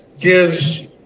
gives